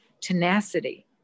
tenacity